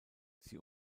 sie